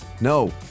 No